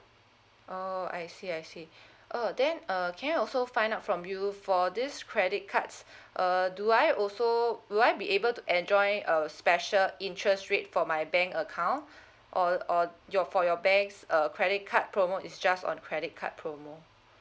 oh I see I see oh then err can I also find out from you for this credit cards err do I also will I be able to enjoy a special interest rate for my bank account or or your for your bank's err credit card promo is just on credit card promo